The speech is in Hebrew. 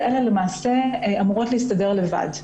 בעוני אמורות להסתדר לבד.